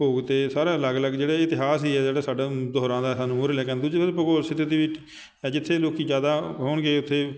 ਭੋਗ 'ਤੇ ਸਾਰਾ ਅਲੱਗ ਅਲੱਗ ਜਿਹੜੇ ਇਤਿਹਾਸ ਹੀ ਹੈ ਜਿਹੜਾ ਸਾਡਾ ਦੁਹਰਾਉਂਦਾ ਹੈ ਸਾਨੂੰ ਮੂਹਰੇ ਲੈ ਕੇ ਆਉਂਦਾ ਦੂਜੇ ਪਾਸੇ ਭੂਗੋਲਿਕ ਸਥਿਤੀ ਦੇ ਵਿੱਚ ਹੈ ਜਿੱਥੇ ਲੋਕ ਜ਼ਿਆਦਾ ਹੋਣਗੇ ਉੱਥੇ